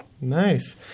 Nice